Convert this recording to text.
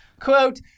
Quote